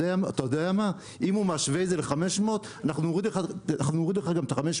אם הוא משווה את זה ל-500 אנחנו נוריד לך את ה-500.